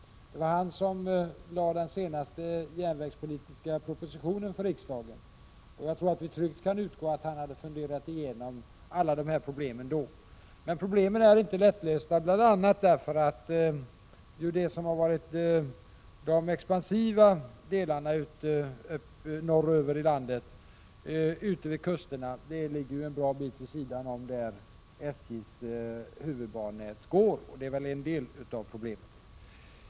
Det var han som förelade riksdagen den senaste järnvägspolitiska propositionen. Jag tror att vi tryggt kan utgå från att han då hade funderat igenom alla dessa problem. De problemen är inte lösta, bl.a. därför att de mest expansiva delarna norröver i landet ligger ute vid kusterna och därmed en bra bit vid sidan om SJ:s huvudbanenät.